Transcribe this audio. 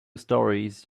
storeys